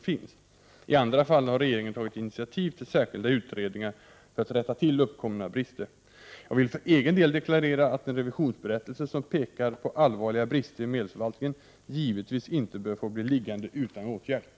1988/89:122 I andra fall har regeringen tagit initiativ till särskilda utredningar för att 26 maj 1989 | rätta till uppkomna brister. Om påtalade brister i Jag vill för egen del deklarera att en revisionsberättelse som pekar på i ; a s kv - ik ä =E 3 fr medelsförvaltningen | allvarliga brister i medelsförvaltningen givetvis inte bör få bli liggande utan :; A hos statliga myndigåtgärd.